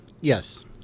yes